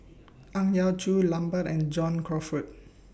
Ang Yau Choon Lambert and John Crawfurd